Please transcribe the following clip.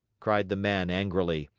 cried the man angrily.